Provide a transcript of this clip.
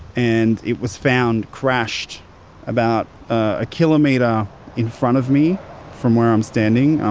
and it was found crashed about a kilometre in front of me from where i'm standing,